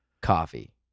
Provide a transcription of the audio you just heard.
coffee